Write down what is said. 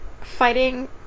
fighting